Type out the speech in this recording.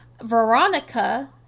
Veronica